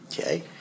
okay